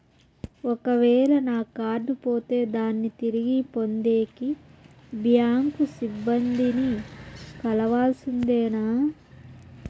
ఒక వేల నా కార్డు పోతే దాన్ని తిరిగి పొందేకి, బ్యాంకు సిబ్బంది ని కలవాల్సిందేనా?